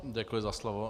Děkuji za slovo.